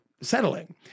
settling